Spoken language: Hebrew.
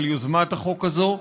על יוזמת החוק הזאת.